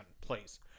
please